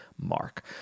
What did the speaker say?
mark